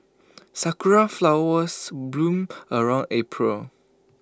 Sakura Flowers bloom around April